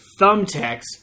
thumbtacks